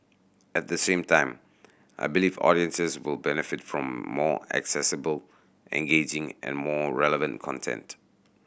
at the same time I believe audiences will benefit from more accessible engaging and more relevant content